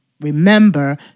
Remember